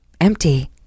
empty